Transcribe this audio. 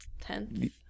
tenth